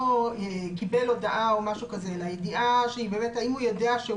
לא קיבל הודעה או משהו כזה אלא ידיעה שהיא באמת האם הוא יודע שהוא